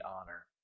honor